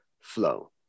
flow